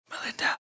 Melinda